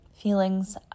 feelings